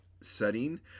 setting